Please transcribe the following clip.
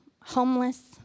homeless